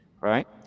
Right